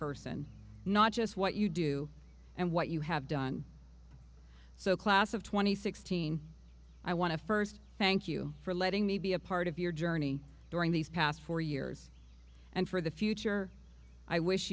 person not just what you do and what you have done so class of two thousand and sixteen i want to first thank you for letting me be a part of your journey during these past four years and for the future i wish